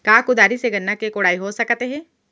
का कुदारी से गन्ना के कोड़ाई हो सकत हे?